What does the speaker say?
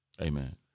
Amen